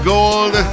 Gold